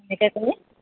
এনেকৈ কৰি